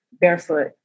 barefoot